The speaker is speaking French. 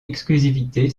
exclusivité